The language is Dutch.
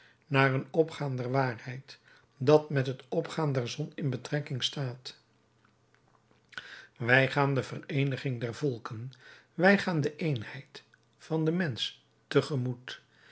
naar een opgaan der waarheid dat met het opgaan der zon in betrekking staat wij gaan de vereeniging der volken wij gaan de eenheid van den mensch